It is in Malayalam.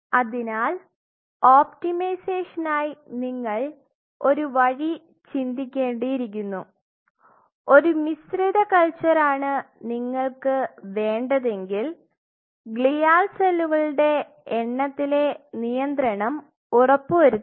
അതിനാൽ ഒപ്റ്റിമൈസഷനായി നിങ്ങൾ ഒരു വഴി ചിന്തിക്കേണ്ടിയിരിക്കുന്നു ഒരു മിശ്രിത കൽച്ചർ ആണ് നിങ്ങൾക്ക് വേണ്ടതെങ്കിൽ ഗ്ലിയാൽ സെല്ലുകളുടെ എണ്ണത്തിലെ നിയത്രണം ഉറപ്പുവരുത്തുക